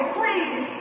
please